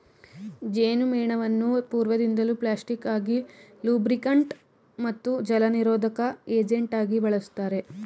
ಜೇನುಮೇಣವನ್ನು ಪೂರ್ವದಿಂದಲೂ ಪ್ಲಾಸ್ಟಿಕ್ ಆಗಿ ಲೂಬ್ರಿಕಂಟ್ ಮತ್ತು ಜಲನಿರೋಧಕ ಏಜೆಂಟಾಗಿ ಬಳುಸ್ತಾರೆ